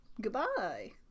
goodbye